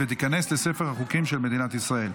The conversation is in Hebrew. ותיכנס לספר החוקים של מדינת ישראל.